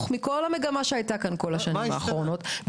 מכל המגמה שהייתה כאן בכל השנים האחרונות,